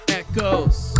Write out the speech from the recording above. echoes